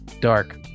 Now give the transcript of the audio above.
Dark